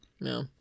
No